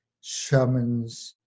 shamans